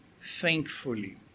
Thankfully